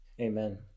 Amen